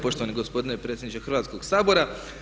poštovani gospodine predsjedniče Hrvatskog sabora.